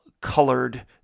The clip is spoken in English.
colored